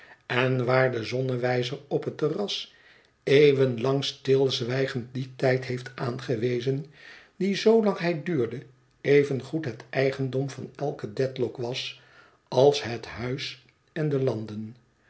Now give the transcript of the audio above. en waar de zonnewijzer op het terras eeuwen lang stilzwijgend dien tijd heeft aangewezen die zoolang hij duurde evengoed het eigendom van eiken dedlock was als het huis en de landen